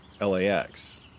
LAX